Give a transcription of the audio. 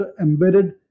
embedded